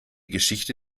geschichte